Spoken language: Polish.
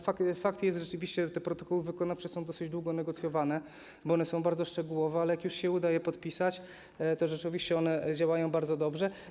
Fakt jest rzeczywiście taki, że protokoły wykonawcze są dosyć długo negocjowane, bo one są bardzo szczegółowe, ale jak już się uda je podpisać, to rzeczywiście działają bardzo dobrze.